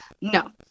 no